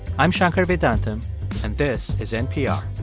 i'm shankar vedantam, and this is npr